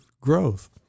growth